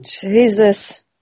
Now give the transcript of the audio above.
Jesus